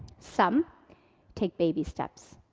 some take baby steps.